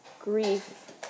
grief